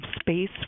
space